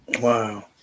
Wow